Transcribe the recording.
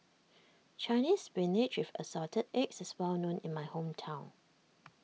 Chinese Spinach with Assorted Eggs is well known in my hometown